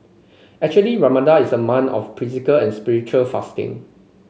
actually Ramadan is a month of physical and spiritual fasting